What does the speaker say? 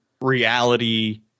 reality